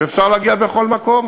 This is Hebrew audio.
ואפשר להגיע לכל מקום.